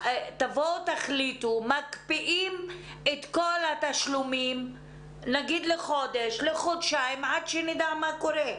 תחליטו שמקפיאים את כל התשלומים לחודש או לחודשיים עד שנדע מה קורה.